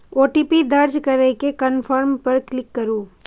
OTP दर्ज करै के कंफर्म पर क्लिक करू